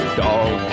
dog